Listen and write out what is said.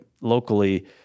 locally